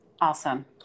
Awesome